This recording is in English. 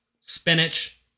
spinach